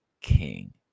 king